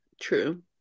True